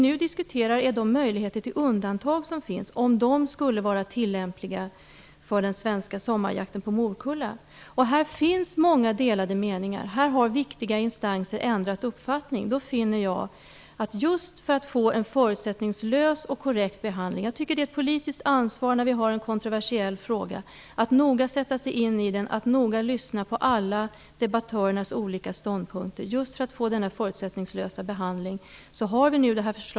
Nu diskuterar vi de möjligheter till undantag som finns och om de skulle vara tillämpliga för den svenska sommarjakten på morkulla. Här finns många delade meningar. Här har viktiga instanser ändrat uppfattning. För att just få en förutsättningslös och korrekt behandling har vi nu det här förslaget ute på remiss. Jag tycker att det är ett politiskt ansvar, när vi har en kontroversiell fråga, att noga sätta sig in i den och lyssna noga på alla debattörers olika ståndpunkter för att få denna förutsättningslösa behandling.